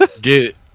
Dude